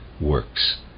works